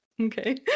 Okay